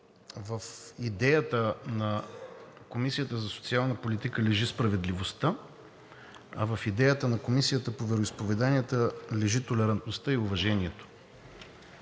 в идеята на Комисията за социална политика лежи справедливостта, а в идеята на Комисията по вероизповеданията лежи толерантността и уважението?